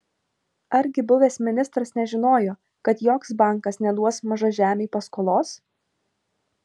argi buvęs ministras nežinojo kad joks bankas neduos mažažemiui paskolos